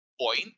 point